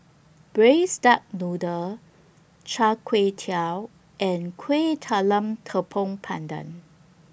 Braised Duck Noodle Char Kway Teow and Kuih Talam Tepong Pandan